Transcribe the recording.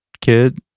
kid